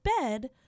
bed